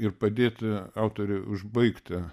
ir padėti autoriui užbaigti